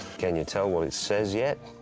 can you tell what it says yet?